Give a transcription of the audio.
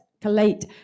collate